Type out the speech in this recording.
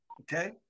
Okay